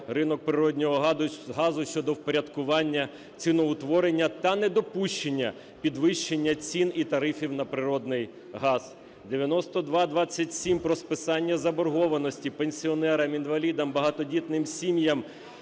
ринок природного газу" (щодо впорядкування ціноутворення та недопущення підвищення цін і тарифів на природний газ); 9227 - про списання заборгованості пенсіонерам, інвалідам, багатодітним сім'ям